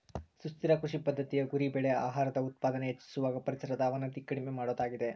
ಸುಸ್ಥಿರ ಕೃಷಿ ಪದ್ದತಿಯ ಗುರಿ ಬೆಳೆ ಆಹಾರದ ಉತ್ಪಾದನೆ ಹೆಚ್ಚಿಸುವಾಗ ಪರಿಸರದ ಅವನತಿ ಕಡಿಮೆ ಮಾಡೋದಾಗಿದೆ